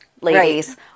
ladies